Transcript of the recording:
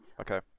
Okay